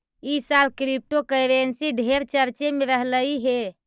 ई साल क्रिप्टोकरेंसी ढेर चर्चे में रहलई हे